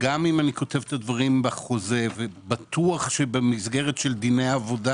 גם אם אני כותב את הדברים בחוזה ובטוח שבמסגרת של דיני עבודה